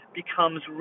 becomes